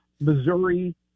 Missouri-